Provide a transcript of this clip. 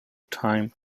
time